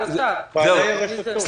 כל מיני רשתות.